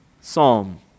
psalm